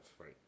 Right